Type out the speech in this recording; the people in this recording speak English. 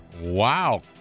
Wow